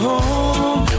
home